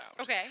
Okay